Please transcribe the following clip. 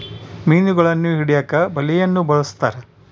ಮೀನುಗಳನ್ನು ಹಿಡಿಯಕ ಬಲೆಯನ್ನು ಬಲಸ್ಥರ